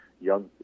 young